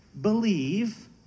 believe